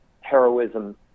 heroism